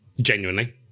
genuinely